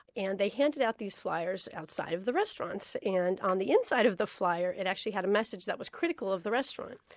and they handed out these flyers outside the restaurants, and on the inside of the flyer it actually had a message that was critical of the restaurant.